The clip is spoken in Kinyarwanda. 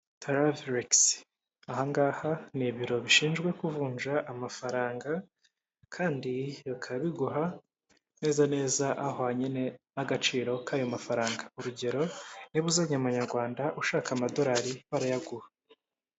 Travelex aha ngaha ni ibiro bishinzwe kuvunja amafaranga kandi bikaba biguha neza neza ahwanye n'agaciro k'ayo mafaranga. Urugero niba uzanye amanyarwanda ushaka amadolari barayaguha.